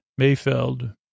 Mayfeld